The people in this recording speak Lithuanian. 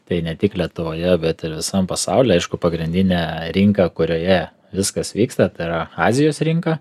tai ne tik lietuvoje bet ir visam pasauliui aišku pagrindinė rinka kurioje viskas vyksta tai yra azijos rinka